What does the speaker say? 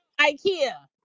ikea